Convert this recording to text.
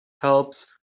helps